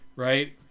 Right